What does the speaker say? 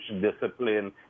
discipline